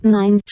Nein